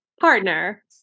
partner